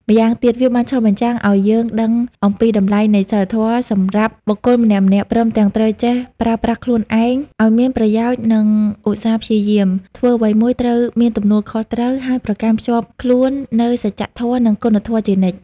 ម្យ៉ាងទៀត វាបានឆ្លុះបញ្ចាំងអោយយើងដឹងអំពីតម្លៃនៃសីលធម៌សម្រាប់បុគ្កលម្នាក់ៗ ព្រមទាំងត្រូវចេះប្រប្រាស់ខ្លួនឯងអោយមានប្រយោជន៍និងឧស្សាព្យយាម ធ្វើអ្វីមួយត្រូវមានទំនួលខុសត្រូវ ហើយប្រកាន់ខ្ជាប់ខ្ជួននៅសច្ចធម៌និងគុណធម៌ជានិច្ច។